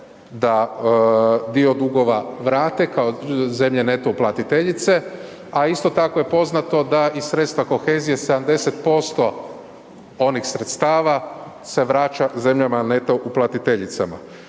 da dio dugova vrate kao zemlje neto uplatiteljice, a isto tako je poznato da i sredstva kohezije 70% onih sredstava se vraća zemljama neto uplatiteljicama.